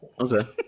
Okay